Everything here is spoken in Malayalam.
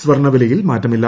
സ്വർണവിലയിൽ മാറ്റമില്ല